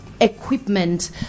equipment